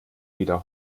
wieder